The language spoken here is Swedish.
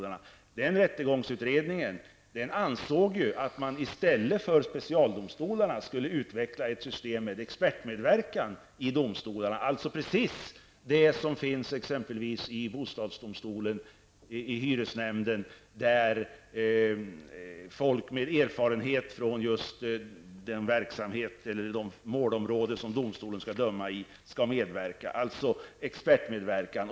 Rättegångsutredningen ansåg att man i stället för specialdomstolarna skulle utveckla ett system med expertmedverkan i domstolarna, såsom fallet är just i bostadsdomstolen och hyresnämnderna, där folk med erfarenhet från just de områden som domstolarna skall döma i medverkar. Det är alltså fråga om en expertmedverkan.